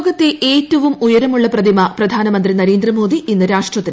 ലോകത്തെ ഏറ്റവും ഉയരമുള്ള പ്രതിമ പ്രധാനമന്ത്രി നരേന്ദ്രമോദി ഇന്ന് രാഷ്ട്രത്തിന് സമർപ്പിക്കും